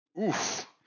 Oof